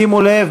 שימו לב,